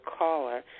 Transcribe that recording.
caller